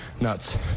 Nuts